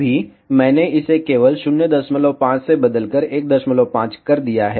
अभी मैंने इसे केवल 05 से बदलकर 15 कर दिया है